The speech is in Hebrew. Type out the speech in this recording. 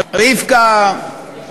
רבקה,